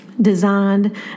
designed